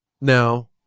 Now